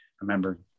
remember